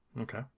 Okay